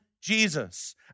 Jesus